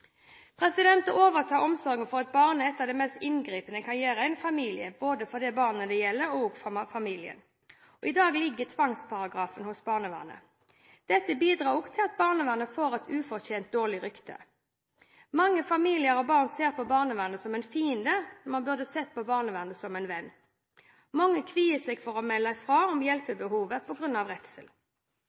Å overta omsorgen for et barn er et av de største inngrep en kan gjøre i en familie, både overfor det barnet det gjelder og overfor familien. I dag ligger tvangsparagrafen hos barnevernet. Dette bidrar også til at barnevernet får et ufortjent dårlig rykte. Mange familier og barn ser på barnevernet som en fiende. Man burde sett på barnevernet som en venn. Mange kvier seg for å melde fra om hjelpebehovet på grunn av redsel.